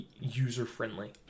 user-friendly